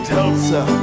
Tulsa